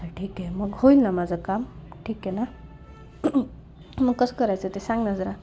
अच्छा ठीक आहे मग होईल ना माझं काम ठीक आहे ना मग कसं करायचं ते सांग ना जरा